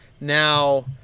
Now